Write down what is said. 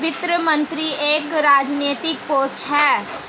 वित्त मंत्री एक राजनैतिक पोस्ट है